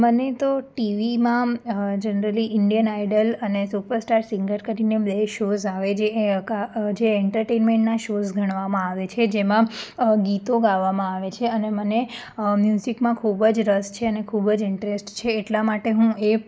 મને તો ટીવીમાં જનરલી ઈન્ડિયન આઈડલ અને સુપરસ્ટાર સીંગર કરીને બે શોઝ આવે છે જે એન્ટરટેઈન્મેન્ટના શોઝ ગણવામાં આવે છે જેમાં ગીતો ગાવામાં આવે છે અને મને મ્યુઝિકમાં ખૂબ જ રસ છે અને ખૂબ જ ઈન્ટરેસ્ટ છે એટલા માટે હું એ